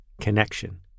connection